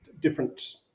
different